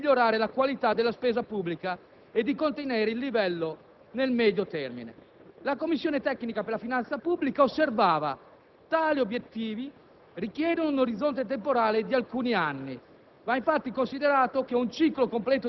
La Commissione tecnica per la finanza pubblica osservava: